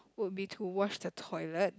would be to wash the toilet